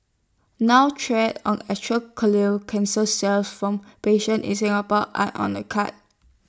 now trials on actual colon cancer cells from patients in Singapore are on the cards